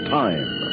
time